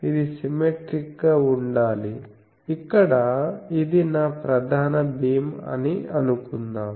ఇది సిమ్మెట్రిక్ గా ఉండాలి ఇక్కడ ఇది నా ప్రధాన భీమ్ అని అనుకుందాం